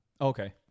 Okay